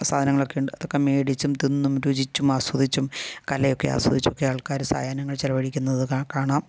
സാധനങ്ങളൊക്കെ ഉണ്ട് അതൊക്കെ മേടിച്ചും തിന്നും രുചിച്ചും ആസ്വദിച്ചും കലയൊക്കെ ആസ്വദിച്ചും ഒക്കെ ആൾക്കാർ സായാഹ്നങ്ങൾ ചിലവഴിക്കുന്നത് കാ കാണാം